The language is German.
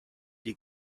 die